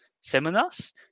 seminars